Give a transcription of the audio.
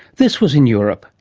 this was in europe,